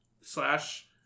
slash